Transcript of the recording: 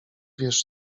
wiesz